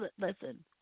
listen